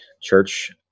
church